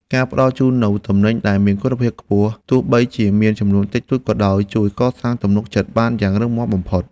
ការផ្ដល់ជូននូវទំនិញដែលមានគុណភាពខ្ពស់ទោះបីជាមានចំនួនតិចក៏ដោយ ជួយកសាងទំនុកចិត្តបានយ៉ាងរឹងមាំបំផុត។